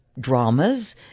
dramas